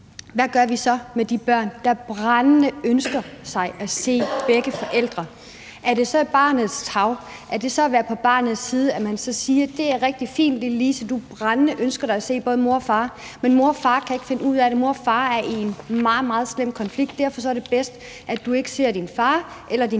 hvad gør vi så med de børn, der brændende ønsker sig at se begge forældre? Er det så i barnets tarv, er det så at være på barnets side, at man så siger: Det er rigtig fint, lille Lise, at du brændende ønsker dig at se både mor og far, men mor og far kan ikke finde ud af det, mor og far er i en meget, meget slem konflikt, og derfor er det bedst, at du ikke ser din far eller din